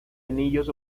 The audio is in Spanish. anillos